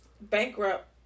bankrupt